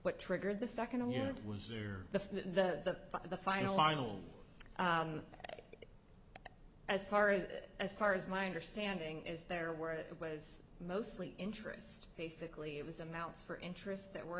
what triggered the second unit was there the the final final as far as as far as my understanding is there where it was mostly interest basically it was amounts for interests that were